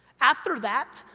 after that,